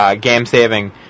game-saving